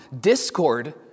Discord